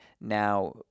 Now